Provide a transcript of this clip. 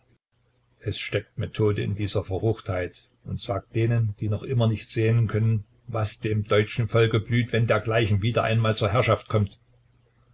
es steckt methode in dieser verruchtheit und sagt denen die noch immer nicht sehen können was dem deutschen volk blüht wenn dergleichen wieder einmal zur herrschaft kommt